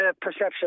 perception